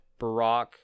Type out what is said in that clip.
Barack